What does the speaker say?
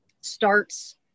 starts